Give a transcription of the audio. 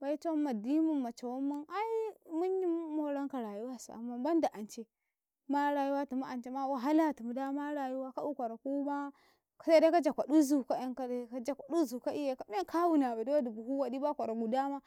bai cawan ma dimun ma cawan ai munyi mu moranka rayuwasu ai amman ka an cabai kuma rayuwatumu ance ma wahalatum dama rayuwa ka eu kwara kuma sede ka ja kwaɗi zukauɗan kare ka jakwadu zuka ka men ka wunabai dowodi buhu waɗima ba kwaraku dama.